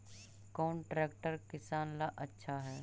कौन ट्रैक्टर किसान ला आछा है?